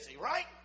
right